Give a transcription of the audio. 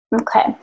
Okay